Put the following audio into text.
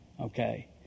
Okay